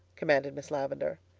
commanded miss lavendar.